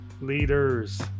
Leaders